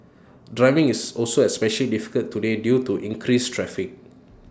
driving is also especially difficult today due to increased traffic